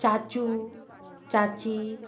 चाचू चाची